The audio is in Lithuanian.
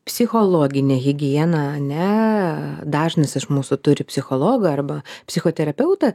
psichologinė higiena ane dažnas iš mūsų turi psichologą arba psichoterapeutą